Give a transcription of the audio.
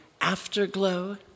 afterglow